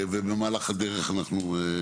ובמהלך הדרך אנחנו.